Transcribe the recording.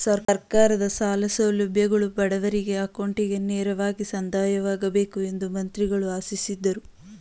ಸರ್ಕಾರದ ಸಾಲ ಸೌಲಭ್ಯಗಳು ಬಡವರಿಗೆ ಅಕೌಂಟ್ಗೆ ನೇರವಾಗಿ ಸಂದಾಯವಾಗಬೇಕು ಎಂದು ಮಂತ್ರಿಗಳು ಆಶಿಸಿದರು